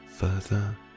further